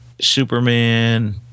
Superman